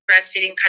breastfeeding